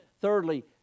thirdly